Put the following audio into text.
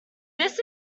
this